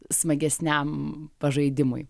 smagesniam pažaidimui